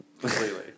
Completely